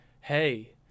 hey